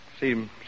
Seem